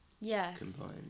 Yes